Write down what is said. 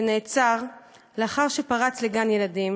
שנעצר לאחר שפרץ לגן-ילדים